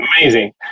amazing